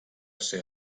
ser